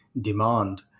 demand